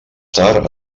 tard